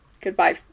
goodbye